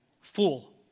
fool